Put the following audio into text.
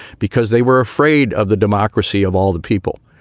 because they were afraid of the democracy of all the people.